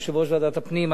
יושב-ראש ועדת הפנים,